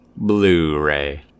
Blu-ray